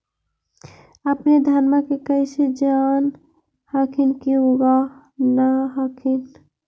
अपने धनमा के कैसे जान हखिन की उगा न हखिन?